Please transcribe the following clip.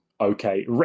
Okay